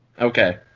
Okay